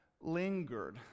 lingered